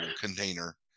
container